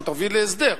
שתביא להסדר.